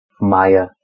maya